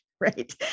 Right